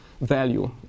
value